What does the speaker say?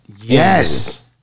Yes